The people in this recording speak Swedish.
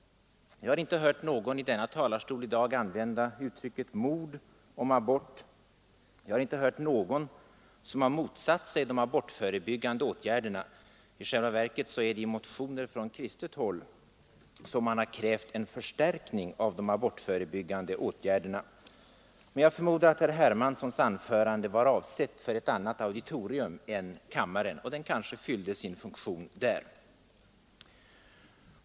Jag har inte hört någon i talarstolen här i dag använda uttrycket mord om abort, och jag har inte hört någon motsätta sig de abortförebyggande åtgärderna. I själva verket är det i motioner från kristet håll som man har krävt en förstärkning av de abortförebyggande insatserna. Men jag förmodar att herr Hermanssons anförande var avsett för ett annat auditorium än kammaren, och det kanske fyllde sin funktion där.